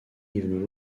even